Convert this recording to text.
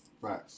Right